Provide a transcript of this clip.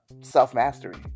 self-mastery